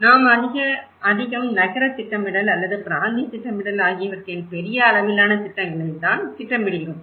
நாம் அதிகம் நகர திட்டமிடல் அல்லது பிராந்திய திட்டமிடல் ஆகியவற்றின் பெரிய அளவிலான திட்டங்களை நாங்கள் திட்டமிடுகிறோம்